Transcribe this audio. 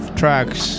tracks